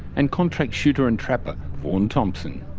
and contract shooter and trapper, vaughn thompson.